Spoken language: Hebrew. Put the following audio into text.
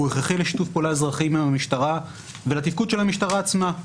הוא הכרחי לשיתוף פעולה אזרחי עם המשטרה ולתפקוד של המשטרה עצמה.